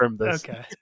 okay